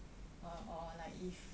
or like if